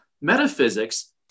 metaphysics